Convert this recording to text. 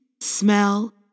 smell